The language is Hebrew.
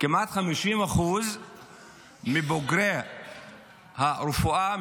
כמעט 50% מבוגרי הרפואה,